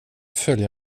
följa